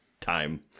time